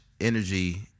energy